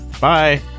Bye